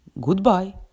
Goodbye